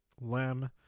Lem